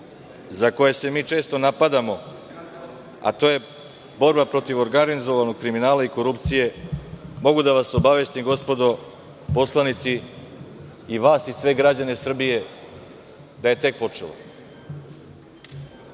za koje se mi često napadamo, to je borba protiv organizovanog kriminala i korupcije, mogu da vas obavestim, gospodo poslanici, vas i sve građane Srbije, da je tek počela. Kao